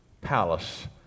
palace